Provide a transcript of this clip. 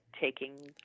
taking